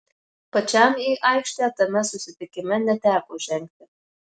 pačiam į aikštę tame susitikime neteko žengti